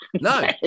No